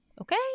Okay